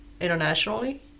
internationally